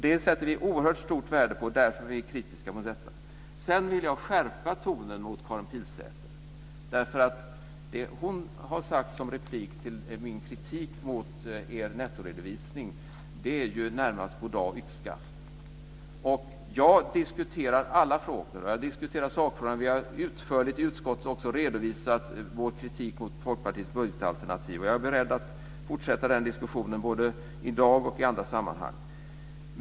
Det sätter vi oerhört stort värde på, och det är därför som vi är kritiska. Sedan vill jag skärpa tonen mot Karin Pilsäter. Det som hon replikerade på min kritik mot er nettoredovisning innebär i det närmaste goddag-yxskaft. Jag diskuterar alla sakfrågor. Vi har i utskottet utförligt också redovisat vår kritik mot Folkpartiets budgetalternativ. Jag är beredd att fortsätta den diskussionen både i dag och i andra sammanhang.